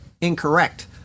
Incorrect